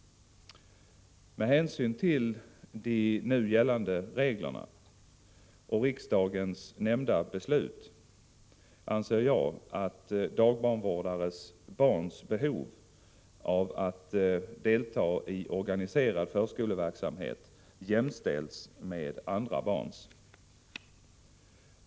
Med hänsyn till de nu gällande reglerna och riksdagens nämnda beslut anser jag att dagbarnvårdares barns behov av att få delta i organiserad förskoleverksamhet jämställs med andra barns.